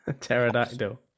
pterodactyl